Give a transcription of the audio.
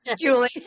Julie